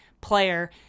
player